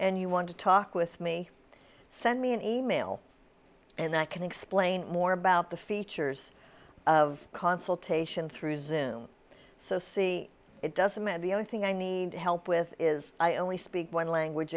and you want to talk with me send me an e mail and i can explain more about the features of consultation through zoom so see it doesn't matter the only thing i need help with is i only speak one language